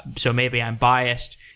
so maybe i'm biased